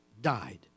died